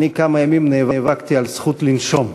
אני כמה ימים נאבקתי על זכות לנשום.